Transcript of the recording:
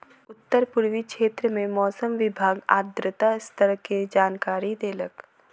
उत्तर पूर्वी क्षेत्र में मौसम विभाग आर्द्रता स्तर के जानकारी देलक